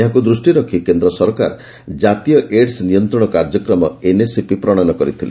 ଏହାକୁ ଦୂଷ୍ଟିରେ ରଖି କେନ୍ଦ୍ର ସରକାର ଜାତୀୟ ଏଡସ୍ ନିୟନ୍ତ୍ରଣ କାର୍ଯ୍ୟକ୍ରମ ଏନ୍ଏସିପି ପ୍ରଣୟନ କରିଥିଲେ